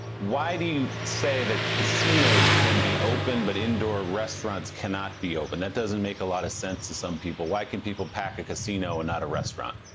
why do you say that casinos can be open but indoor restaurants cannot be open? that doesn't make a lot of sense to some people. why can people pack a casino and not a restaurant?